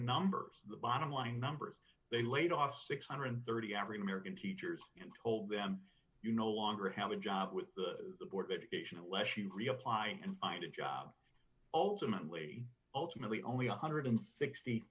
numbers the bottom line numbers they laid off six hundred and thirty dollars average american teachers and told them you no longer have a job with the board of education unless you reapply and find a job ultimately ultimately only one hundred and sixty